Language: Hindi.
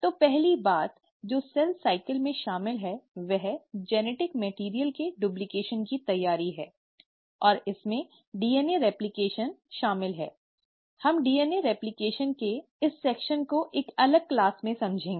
तो पहली बात जो कोशिका चक्र में शामिल है वह जेनेटिक मैटिअर्इअल के डूप्लकेशन की तैयारी है और इसमें डीएनए रेप्लकेशन शामिल है हम डीएनए रेप्लकेशन के इस खंड को एक अलग क्लास में समझेंगे